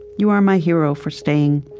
you are my hero for staying.